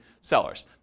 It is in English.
sellers